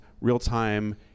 real-time